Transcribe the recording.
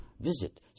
Visit